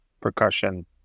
percussion